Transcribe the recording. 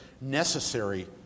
necessary